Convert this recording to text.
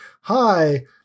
hi